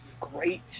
great